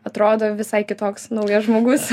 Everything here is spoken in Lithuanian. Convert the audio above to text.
atrodo visai kitoks naujas žmogus